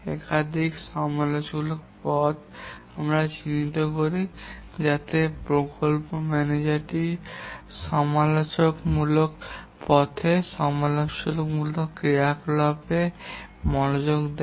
তবে আমরা সমস্ত সমালোচনামূলক পাথগুলি সাধারণত লাল রঙগুলিতে চিহ্নিত করি যাতে প্রকল্প ম্যানেজারটি সমালোচনামূলক পথে সমালোচনামূলক ক্রিয়াকলাপগুলিতে মনোযোগ দেয়